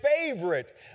favorite